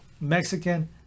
Mexican